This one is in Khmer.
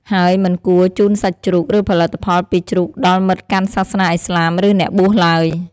ហើយមិនគួរជូនសាច់ជ្រូក ឬផលិតផលពីជ្រូកដល់មិត្តកាន់សាសនាឥស្លាម ឬអ្នកបួសឡើយ។